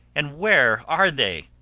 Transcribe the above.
and where are they?